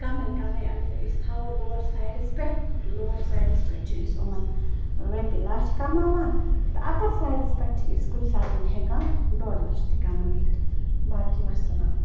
کَمٕے کَمٕے اَگر أسۍ تھاوو لوٚوَر سایڈَس پٮ۪ٹھ لوٚوَر سایڈَس پٮ۪ٹھ چھِ أسۍ یِمَن رۄپیہِ لَچھ کَماوان تہٕ اَپَر سایڈَس پٮ۪ٹھ چھِ أسۍ کُنہِ ساتہٕ ہٮ۪کان ڈۄڈ لَچھ تہِ کَمٲوِتھ باقٕے والسلام